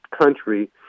country